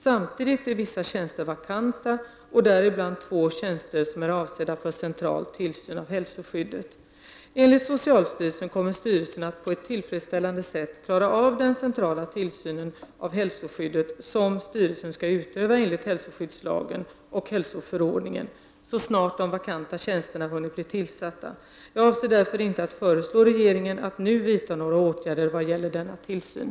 Samtidigt är vissa tjänster vakanta, däribland två tjänster som är avsedda för central tillsyn av hälsoskyddet. Enligt socialstyrelsen kommer styrelsen att på ett tillfredsställande sätt klara av den centrala tillsynen av hälsoskyddet som styrelsen skall utöva enligt hälsoskyddslagen och hälsoskyddsförordningen så snart de vakanta tjänsterna hunnit bli tillsatta. Jag avser därför inte att föreslå regeringen att nu vidta några åtgärder vad gäller denna tillsyn.